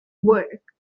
work